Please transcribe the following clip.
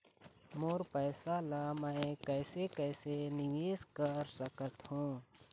मोर पैसा ला मैं कैसे कैसे निवेश कर सकत हो?